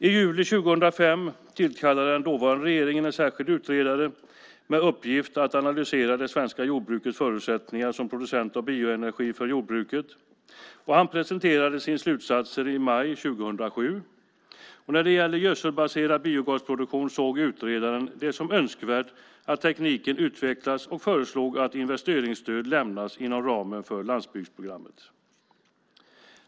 I juli 2005 tillkallade den dåvarande regeringen en särskild utredare med uppgift att analysera det svenska jordbrukets förutsättningar som producent av bioenergi för jordbruket. Han presenterade sina slutsatser i maj 2007. När det gäller gödselbaserad biogasproduktion såg utredaren det som önskvärt att tekniken utvecklades och föreslog att investeringsstöd lämnas inom ramen för landsbygdsprogrammet.